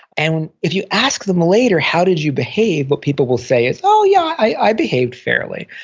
and if you ask them later, how did you behave? what people will say is, oh, yeah, i behaved fairly.